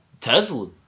Tesla